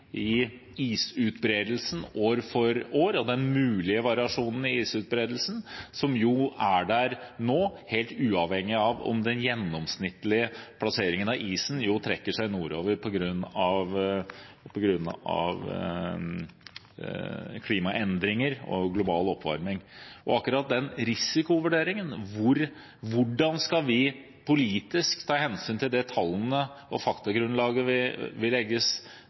i isutbredelsen år for år og den mulige variasjonen i isutbredelsen, som jo er der nå, helt uavhengig av at den gjennomsnittlige plasseringen av isen trekker seg nordover på grunn av klimaendringer og global oppvarming. Akkurat den risikovurderingen av hvordan vi politisk skal ta hensyn til tallene og faktagrunnlaget